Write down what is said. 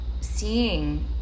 seeing